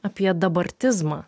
apie dabartizmą